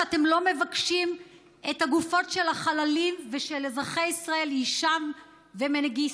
שאתם לא מבקשים את הגופות של החללים ואת אזרחי ישראל הישאם ומנגיסטו.